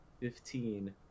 fifteen